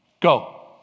go